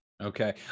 Okay